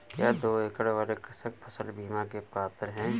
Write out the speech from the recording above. क्या दो एकड़ वाले कृषक फसल बीमा के पात्र हैं?